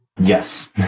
Yes